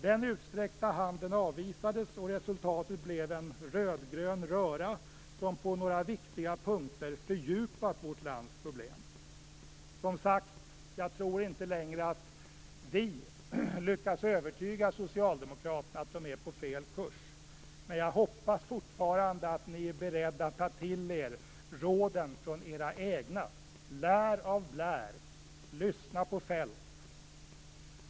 Den utsträckta handen avvisades, och resultatet blev en rödgrön röra, som på några viktiga punkter fördjupat vårt lands problem. Jag tror, som sagt, inte längre att vi lyckas övertyga socialdemokraterna om att de är på fel kurs, men jag hoppas fortfarande att ni är beredda att ta till er råden från era egna. Lär av Blair! Lyssna på Feldt!